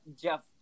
jeff